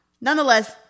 Nonetheless